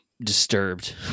disturbed